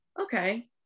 okay